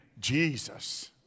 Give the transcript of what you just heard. Jesus